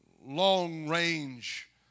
long-range